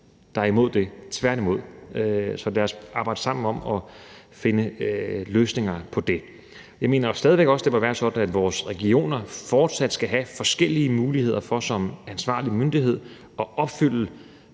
de er imod det, tværtimod, så lad os arbejde sammen om at finde løsninger på det. Jeg mener stadig væk også, at det bør være sådan, at vores regioner fortsat skal have forskellige muligheder for som ansvarlig myndighed at opfylde